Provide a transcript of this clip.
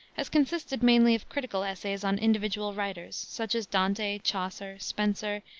has consisted mainly of critical essays on individual writers, such as dante, chaucer, spenser,